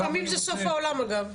לפעמים זה סוף העולם אגב.